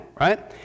Right